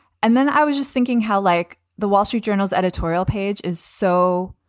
and then i was just thinking how, like the wall street journal's editorial page is so.